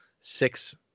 six